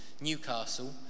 Newcastle